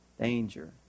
danger